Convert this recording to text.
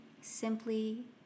simply